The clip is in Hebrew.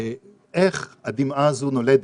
איך הדמעה הזו נולדת?